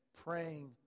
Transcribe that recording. praying